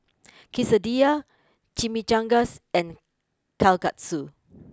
Quesadillas Chimichangas and Kalguksu